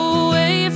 away